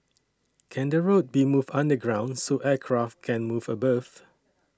can the road be moved underground so aircraft can move above